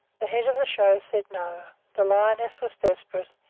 the head of the show said, no the lioness was desperate,